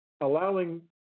allowing